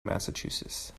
massachusetts